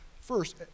first